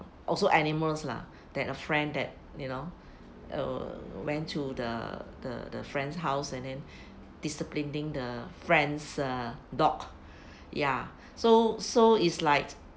also animals lah that a friend that you know err went to the the the friend's house and then disciplining the friend's err dog ya so so is like